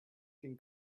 can